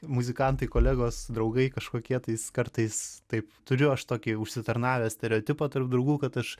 muzikantai kolegos draugai kažkokie tais kartais taip turiu aš tokį užsitarnavęs stereotipą tarp draugų kad aš